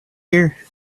here